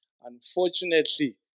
Unfortunately